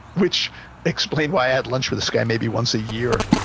which explained why i had lunch with this guy maybe once a year.